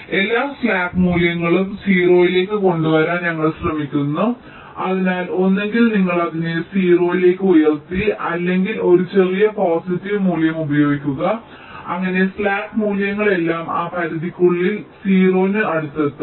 അതിനാൽ എല്ലാ സ്ലാക്ക് മൂല്യങ്ങളും 0 ലേക്ക് കൊണ്ടുവരാൻ ഞങ്ങൾ ശ്രമിക്കുന്നു അതിനാൽ ഒന്നുകിൽ നിങ്ങൾ അതിനെ 0 ലേക്ക് ഉയർത്തി അല്ലെങ്കിൽ ഒരു ചെറിയ പോസിറ്റീവ് മൂല്യം ഉപയോഗിക്കുക അങ്ങനെ സ്ലാക്ക് മൂല്യങ്ങൾ എല്ലാം ആ പരിധിക്കുള്ളിൽ 0 ന് അടുത്തെത്തും